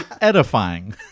edifying